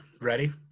Ready